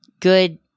good